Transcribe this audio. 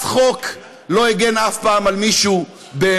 שום חוק לא הגן אף פעם על מישהו באמת.